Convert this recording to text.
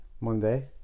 Monday